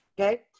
Okay